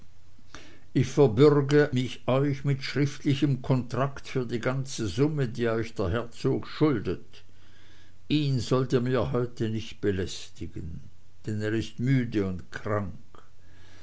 ich verbürge mich euch mit schriftlichem kontrakt für die ganze summe die euch der herzog schuldet ihn sollt ihr mir heute nicht belästigen denn er ist müde und krank